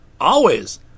Always